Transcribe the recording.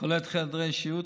כולל חדרי שירות,